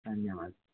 ધન્યવાદ